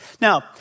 Now